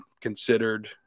considered